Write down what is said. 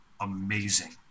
amazing